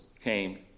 came